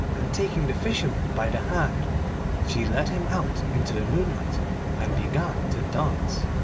and taking the fisherman by the hand she led him out into the moonlight and began to dance.